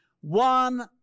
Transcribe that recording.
one